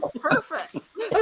Perfect